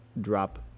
drop